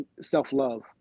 self-love